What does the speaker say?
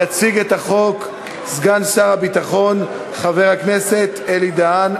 יציג את החוק סגן שר הביטחון חבר הכנסת אלי בן-דהן,